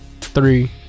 three